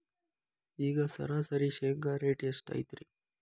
ಈಗ ಸರಾಸರಿ ಶೇಂಗಾ ರೇಟ್ ಎಷ್ಟು ಐತ್ರಿ?